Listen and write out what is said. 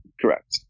Correct